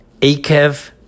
Akev